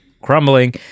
crumbling